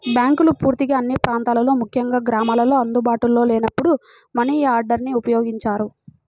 బ్యాంకులు పూర్తిగా అన్ని ప్రాంతాల్లో ముఖ్యంగా గ్రామాల్లో అందుబాటులో లేనప్పుడు మనియార్డర్ని ఉపయోగించారు